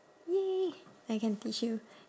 !yay! I can teach you